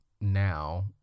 now